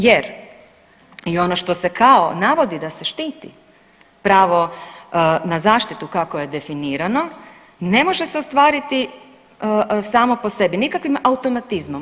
Jer i ono što se kao navodi da se štiti pravo na zaštitu kako je definirano ne može se ostvariti samo po sebi, nikakvim automatizmom.